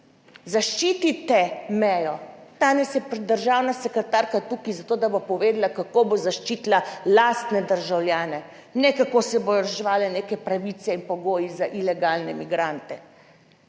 Zaščitite mejo! Danes je državna sekretarka tukaj zato, da bo povedala, kako bo zaščitila lastne državljane, ne kako se bodo reševale neke pravice in pogoji za ilegalne migrante,